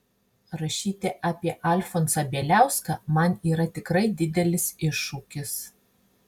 rašyti apie alfonsą bieliauską man yra tikrai didelis iššūkis